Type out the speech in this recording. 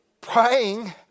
Praying